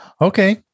Okay